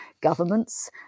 governments